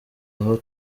aho